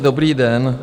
Dobrý den.